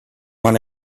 want